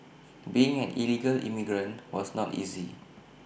being an illegal immigrant was not easy